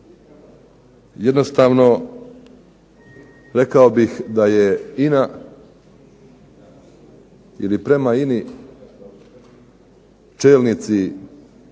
Jednostavno rekao bih da je INA ili prema INA-i čelnici